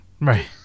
Right